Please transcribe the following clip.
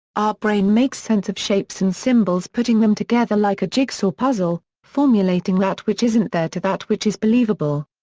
our brain makes sense of shapes and symbols putting them together like a jigsaw puzzle, formulating that which isn't there to that which is believable.